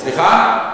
סליחה?